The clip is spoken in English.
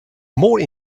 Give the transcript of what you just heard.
more